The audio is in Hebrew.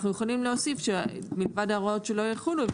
אנחנו יכולים להוסיף שמלבד ההוראות שלא יחולו,